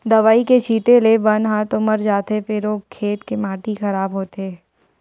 दवई के छिते ले बन ह तो मर जाथे फेर ओ खेत के माटी ह खराब होथे